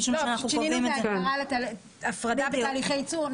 שינינו את ההגדרה, הפרדה בתהליכי ייצור.